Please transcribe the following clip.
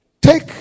Take